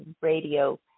Radio